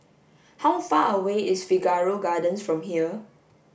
how far away is Figaro Gardens from here